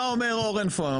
מה אומר אורן פונו?